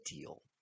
deal